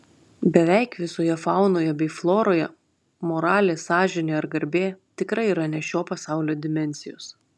beveik visoje faunoje bei floroje moralė sąžinė ar garbė tikrai yra ne šio pasaulio dimensijos